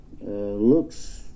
looks